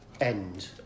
end